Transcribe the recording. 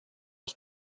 als